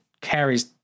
carries